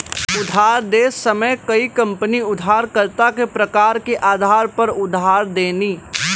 उधार देत समय कई कंपनी उधारकर्ता के प्रकार के आधार पर उधार देनी